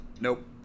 Nope